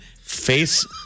face